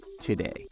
today